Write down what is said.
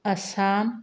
Assam